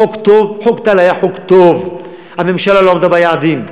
חוק טל היה חוק טוב, הממשלה לא עמדה ביעדים.